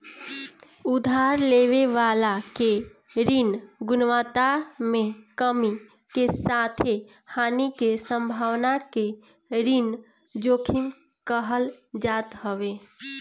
उधार लेवे वाला के ऋण गुणवत्ता में कमी के साथे हानि के संभावना के ऋण जोखिम कहल जात हवे